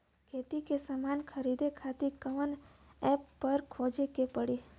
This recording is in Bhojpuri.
खेती के समान खरीदे खातिर कवना ऐपपर खोजे के पड़ी?